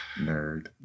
Nerd